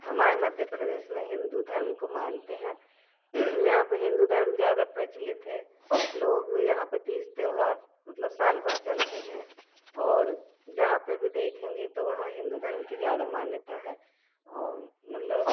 हमारे मध्य प्रदेश में हिंदू धर्म को मानते हैं यहाँ पे हिंदू धर्म ज़्यादा प्रचलित है लोग यहाँ पे तीज त्यौहार मतलब साल भर चलते हैं और जहाँ पे भी देखेंगे तो वहाँ हिंदू धर्म की ज़्यादा मान्यता है और मतलब